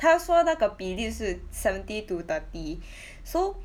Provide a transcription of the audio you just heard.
她说那个比例是 seventy to thirty so